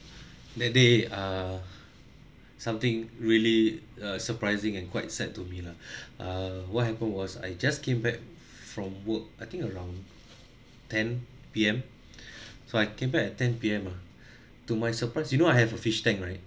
that day ah something really uh surprising and quite sad to me lah uh what happened was I just came back from work I think around ten P_M so I came back at ten P_M ah to my surprise you know I have a fish tank right